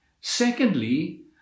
Secondly